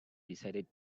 decided